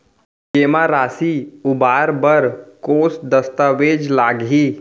जेमा राशि उबार बर कोस दस्तावेज़ लागही?